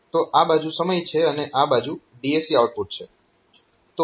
તો આ બાજુ સમય છે અને આ બાજુ DAC આઉટપુટ છે